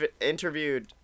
interviewed